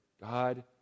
God